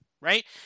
right